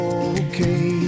okay